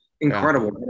incredible